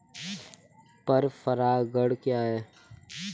पर परागण क्या है?